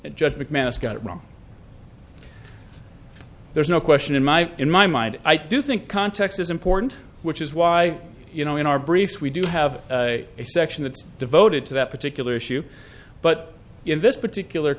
judge mcmanus got it wrong there's no question in my in my mind i do think context is important which is why you know in our briefs we do have a section that's devoted to that particular issue but in this particular